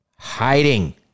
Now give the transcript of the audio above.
hiding